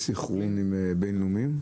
יש סנכרון בין-לאומי?